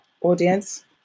audience